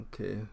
Okay